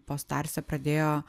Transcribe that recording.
post arse pradėjo